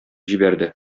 җибәрде